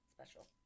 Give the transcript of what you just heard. special